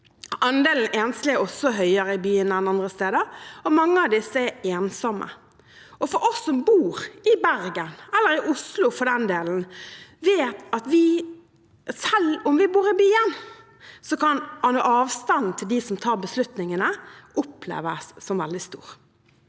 enslige er også høyere i byene enn andre steder, og mange av disse er ensomme. Vi som bor i Bergen, eller i Oslo for den del, vet at selv om vi bor i byen, kan avstanden til dem som tar beslutningene, oppleves som stor.